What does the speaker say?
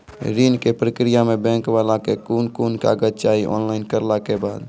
ऋण के प्रक्रिया मे बैंक वाला के कुन कुन कागज चाही, ऑनलाइन करला के बाद?